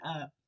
up